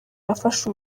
yafashe